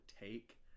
take